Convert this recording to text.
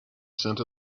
scent